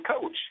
coach